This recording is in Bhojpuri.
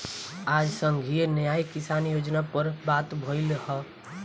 आज संघीय न्याय किसान योजना पर बात भईल ह